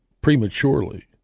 prematurely